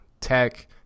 Tech